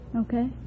Okay